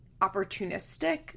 opportunistic